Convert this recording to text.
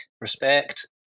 Respect